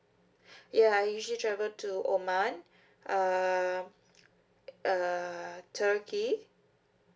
ya I usually travel to oman uh uh turkey